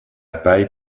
paille